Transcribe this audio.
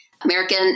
American